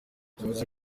yavuze